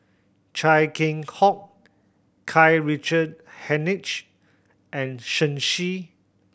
Chia Keng Hock Karl Richard Hanitsch and Shen Xi